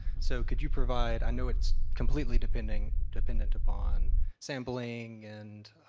so, could you provide i know it's completely dependent dependent upon sampling and